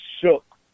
shook